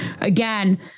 again